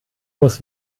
muss